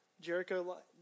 Jericho